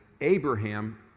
Abraham